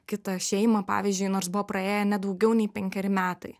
kitą šeimą pavyzdžiui nors buvo praėję ne daugiau nei penkeri metai